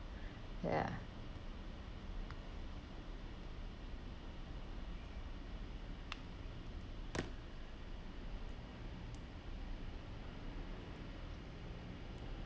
ya